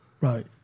right